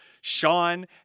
Sean